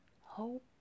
hope